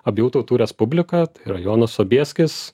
abiejų tautų respublika ir jonas sobieskis